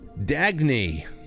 Dagny